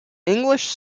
english